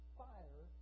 fire